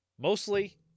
mostly